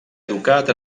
educat